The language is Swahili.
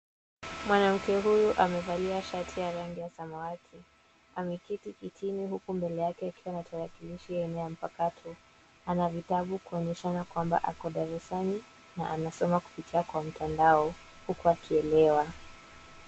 Mwanamke huyu amevalia shati ya rangi ya samawati, ameketi kitini huku mbele yake akiwa na tarakilishi aina ya mpakato. Ana vitabu kuonyeshana kwamba ako darasani, na anasoma kupitia kwa mtandao, huku akielewa.